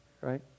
right